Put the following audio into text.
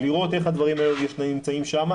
לראות איך הדברים האלה נמצאים שם.